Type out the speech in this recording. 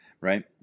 Right